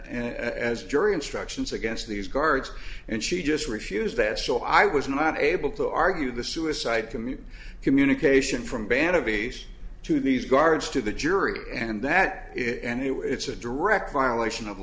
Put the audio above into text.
and jury instructions against these guards and she just refused that so i was not able to argue the suicide commute communication from ban of peace to these guards to the jury and that it and who it's a direct violation of